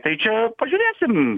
tai čia pažiūrėsim